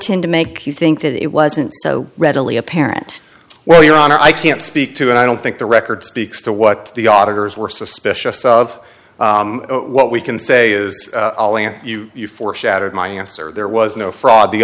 tend to make you think that it wasn't so readily apparent well your honor i can't speak to and i don't think the record speaks to what the auditors were suspicious of what we can say is you you for shattered my answer there was no fraud the